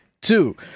Two